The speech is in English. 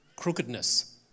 crookedness